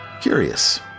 Curious